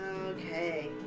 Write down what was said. Okay